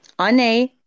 Ane